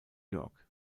york